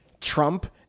Trump